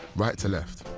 right to left.